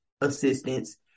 assistance